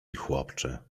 chłopcze